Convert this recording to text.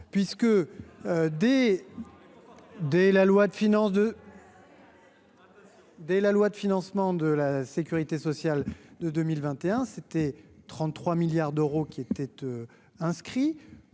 2. Dès la loi de financement de la Sécurité sociale de 2021 c'était 33 milliards d'euros, qui était inscrit